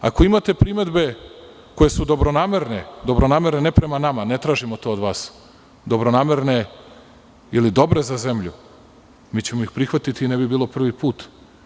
Ako imate primedbe koje su dobronamerne, dobronamerne ne prema nama, ne tražimo to od vas, dobronamerne ili dobre za zemlju, mi ćemo ih prihvatiti i ne bi bilo prvi put.